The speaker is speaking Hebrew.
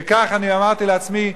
וכך אני אמרתי לעצמי,